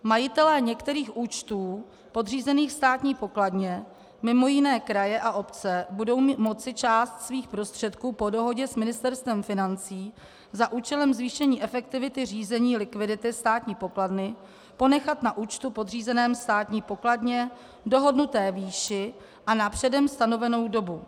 Majitelé některých účtů podřízených státní pokladně, mimo jiné kraje a obce, budou moci část svých prostředků po dohodě s Ministerstvem financí za účelem zvýšení efektivity řízení likvidity státní pokladny ponechat na účtu podřízeném státní pokladně v dohodnuté výši a na předem stanovenou dobu.